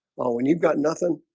when you've got nothing,